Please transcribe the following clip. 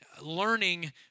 learning